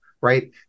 right